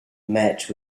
met